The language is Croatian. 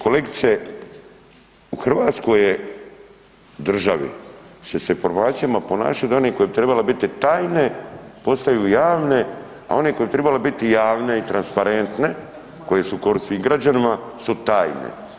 Kolegice, u hrvatskoj je državi se s informacijama ponašaju da oni koji bi trebale biti tajne, postaju javne, a one koje bi trebale biti javne i transparentne, koje su od koristi građanima, su tajne.